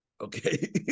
Okay